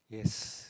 yes